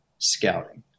scouting